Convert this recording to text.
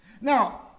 Now